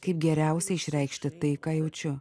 kaip geriausia išreikšti tai ką jaučiu